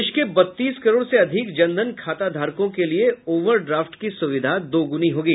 देश के बत्तीस करोड़ से अधिक जन धन खाता धारकों के लिए ओवर ड्राफ्ट की सुविधा दोगुनी होगी